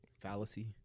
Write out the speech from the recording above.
fallacy